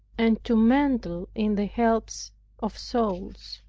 and to meddle in the helps of souls